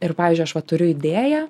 ir pavyzdžiui aš va turiu idėją